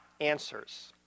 answers